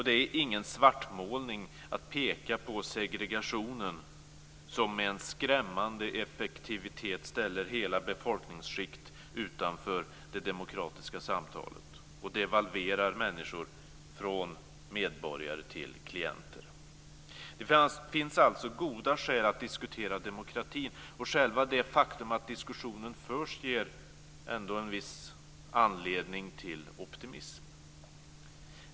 Det är ingen svartmålning att peka på segregationen som med skrämmande effektivitet ställer hela befolkningsskikt utanför det demokratiska samtalet och devalverar människor från medborgare till klienter. Det finns alltså goda skäl att diskutera demokrati, och själva det faktum att diskussionen förs ger ändå en viss anledning till optimism.